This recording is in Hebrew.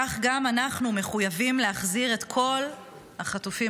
כך גם אנחנו מחויבים להחזיר את כל החטופים